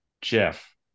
Jeff